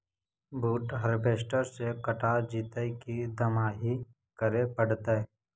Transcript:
बुट हारबेसटर से कटा जितै कि दमाहि करे पडतै?